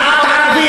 של שנאת ערבים,